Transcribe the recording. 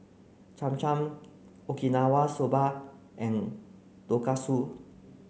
Cham Cham Okinawa soba and Tonkatsu